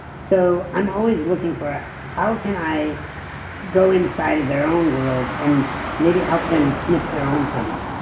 so i'm always looking for a how can i go inside of their own world, and maybe help them snip their own pity